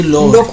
Lord